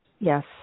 Yes